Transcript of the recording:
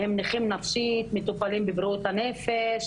הם נכים נפשית, מטופלים בבריאות הנפש,